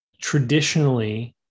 traditionally